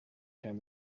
came